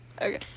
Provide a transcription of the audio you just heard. Okay